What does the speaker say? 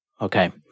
Okay